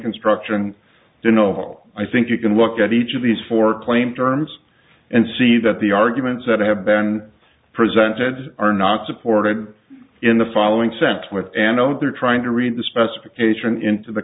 construction you know i think you can look at each of these four claim terms and see that the arguments that have been presented are not supported in the following sense with an oh they're trying to read the specification into the